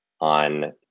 on